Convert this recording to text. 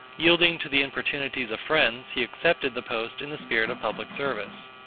yielding to the importunities of friends, he accepted the post in the spirit of public service.